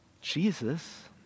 Jesus